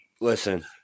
listen